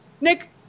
Nick